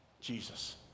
Jesus